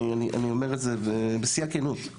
אני אומר את זה בשיא הכנות.